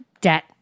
debt